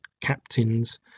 captains